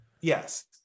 yes